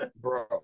bro